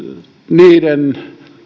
niiden